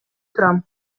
турам